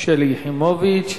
שלי יחימוביץ.